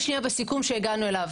נתחיל רגע שנייה עם הסיכום שהגענו אליו